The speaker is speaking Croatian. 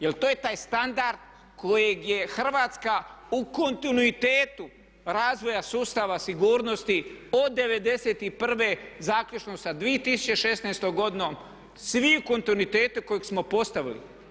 Jer to je taj standard kojeg je Hrvatska u kontinuitetu razvoja sustava sigurnosti od '91. zaključno sa 2016. godinom svi u kontinuitetu koje smo postavili.